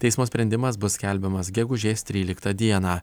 teismo sprendimas bus skelbiamas gegužės tryliktą dieną